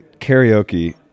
karaoke